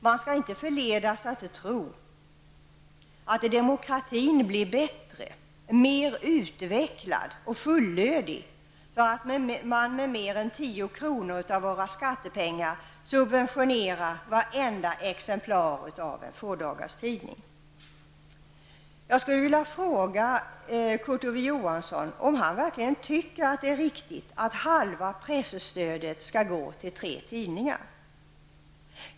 Man skall inte förledas att tro att demokratin blir bättre, mer utvecklad och fullödig, bara för att man med mer än 10 kr. av våra skattepengar subventionerar varenda exemplar av en fådagarstidning. Jag skulle vilja fråga Kurt Ove Johansson om han verkligen tycker att det är riktigt att hälften av presstödet skall gå till tre tidningar.